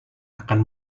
akan